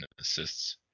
assists